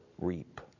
reap